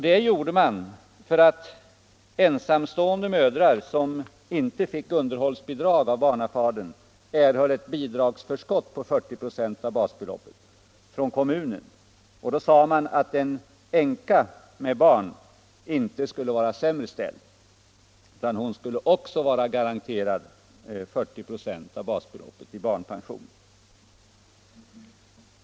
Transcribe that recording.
Det gjorde man för att ensamstående mödrar, som inte fick underhållsbidrag av barnafadern, erhöll ett bidragsförskott på 40 96 av basbeloppet från kommunen. Då sade man att en änka med barn inte skulle ha det sämre ställt utan hon skulle också vara garanterad 40 96 av basbeloppet i barnpension.